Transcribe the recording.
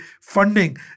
funding